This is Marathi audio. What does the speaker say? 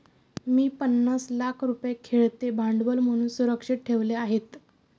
मी पन्नास लाख रुपये खेळते भांडवल म्हणून सुरक्षित ठेवले आहेत